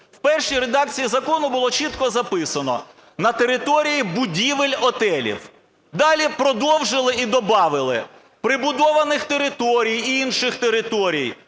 В першій редакції закону було чітко записано "на території будівель готелів", далі продовжили і добавили "прибудованих територій і інших територій".